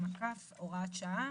הוראת שעה),